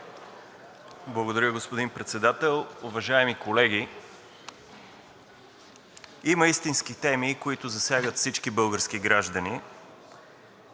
Благодаря, господин Председател. Уважаеми колеги, има истински теми, които засягат всички български граждани,